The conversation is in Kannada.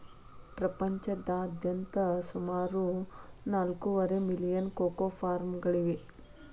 ಪ್ರಪಂಚದಾದ್ಯಂತ ಸುಮಾರು ನಾಲ್ಕೂವರೆ ಮಿಲಿಯನ್ ಕೋಕೋ ಫಾರ್ಮ್ಗಳಿವೆ